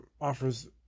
offers